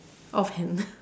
off hand